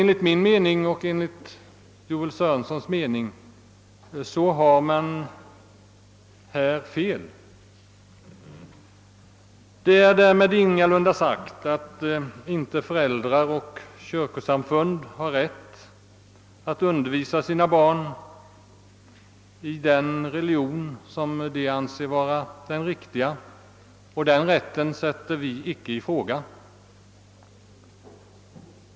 Enligt min mening och enligt herr Joel Sörensons mening har man emellertid fel på den punkten. Därmed är ingalunda sagt att inte föräldrar och kyrkosamfund har rätt att undervisa sina barn i den religion som de anser vara den riktiga. Den rätten sätter vi icke i fråga.